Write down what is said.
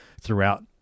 throughout